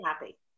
happy